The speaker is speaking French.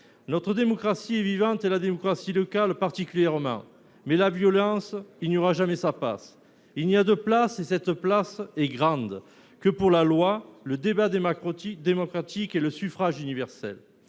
Notre démocratie est vivante, la démocratie locale particulièrement. La violence n’y aura jamais sa place : il n’y a de place, et cette place est grande, que pour la loi, le débat démocratique et le suffrage universel.